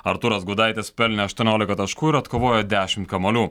artūras gudaitis pelnė aštuoniolika taškų ir atkovojo dešimt kamuolių